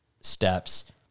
steps